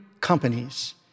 companies